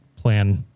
plan